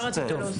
מה רצית להוסיף?